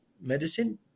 medicine